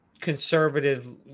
conservative